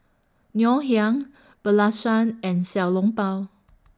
Ngoh Hiang and Xiao Long Bao